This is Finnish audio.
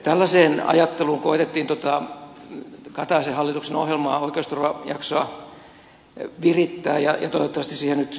tällaiseen ajatteluun koetettiin kataisen hallituksen ohjelmaa oikeusturvajaksoa virittää ja toivottavasti siihen nyt puhtia löytyy